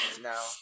now